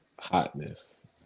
Hotness